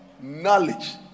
Knowledge